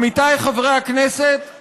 עמיתיי חברי הכנסת,